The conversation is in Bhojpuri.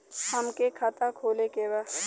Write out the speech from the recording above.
हमके खाता खोले के बा?